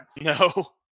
No